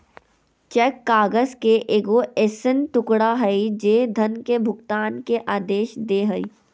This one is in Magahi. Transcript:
चेक काग़ज़ के एगो ऐसन टुकड़ा हइ जे धन के भुगतान के आदेश दे हइ